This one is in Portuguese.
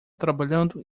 trabalhando